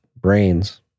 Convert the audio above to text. Brains